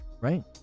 Right